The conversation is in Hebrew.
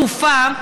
באותה תקופה,